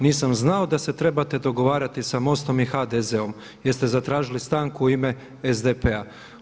Nisam znao da se trebate dogovarati sa MOST-om i HDZ-om jer ste zatražili stanku u ime SDP.